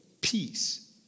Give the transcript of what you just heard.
peace